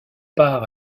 part